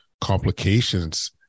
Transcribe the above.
complications